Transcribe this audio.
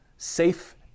safe